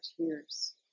tears